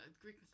Greek